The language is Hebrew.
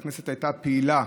הכנסת הייתה פעילה,